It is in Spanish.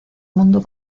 mundo